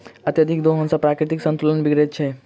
अत्यधिक दोहन सॅ प्राकृतिक संतुलन बिगड़ैत छै